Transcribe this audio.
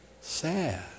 sad